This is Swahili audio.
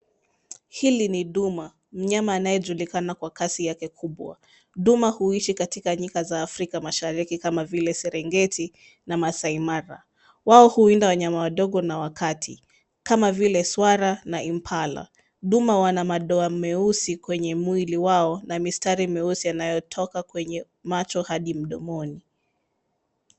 Hili ni duma, mnyama anayejulikana kwa kasi yake kubwa. Duma huishi katika nyika za Afrika Mashariki kama vile Serengeti na Maasai Mara. Wao huwinda wanyama wadogo na wa kati kama vile swara na impala, duma wana madoa meusi kwenye mwili wao na mistari meusi yanayotoka kwenye macho hadi mdomoni.